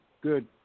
good